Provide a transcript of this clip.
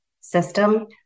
system